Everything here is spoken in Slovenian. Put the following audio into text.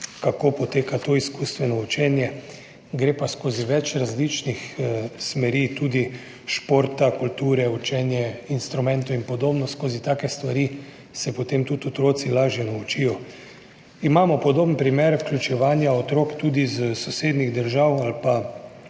kako poteka to izkustveno učenje, gre pa skozi več različnih smeri, tudi športa, kulture, učenja inštrumentov in podobno, skozi take stvari se potem otroci tudi lažje naučijo. Imamo podoben primer vključevanja otrok tudi iz sosednjih držav ali na